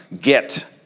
get